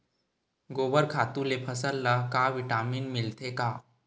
गोबर खातु ले फसल ल का विटामिन मिलथे का?